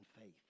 faith